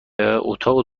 اتاق